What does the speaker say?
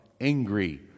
angry